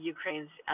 Ukraine's